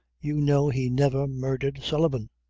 you know he never murdhered sullivan!